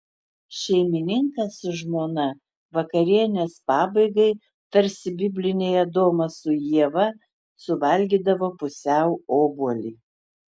šeimininkas su žmona vakarienės pabaigai tarsi bibliniai adomas su ieva suvalgydavo pusiau obuolį